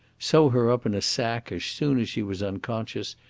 sew her up in a sack as soon as she was unconscious,